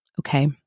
Okay